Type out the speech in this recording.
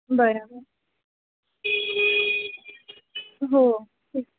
बरं हो ठीक